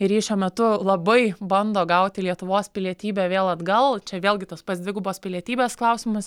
ir ji šiuo metu labai bando gauti lietuvos pilietybę vėl atgal čia vėlgi tas pats dvigubos pilietybės klausimas